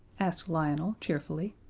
asked lionel, cheerfully.